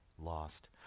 lost